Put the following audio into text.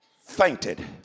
fainted